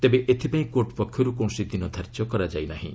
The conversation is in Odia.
ତେବେ ଏଥିପାଇଁ କୋର୍ଟ ପକ୍ଷରୁ କୌଣସି ଦିନ ଧାର୍ଯ୍ୟ କରାଯାଇ ନାହିଁ